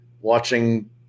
watching